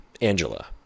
Angela